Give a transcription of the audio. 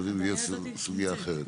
(מקרינה שקף, שכותרתו: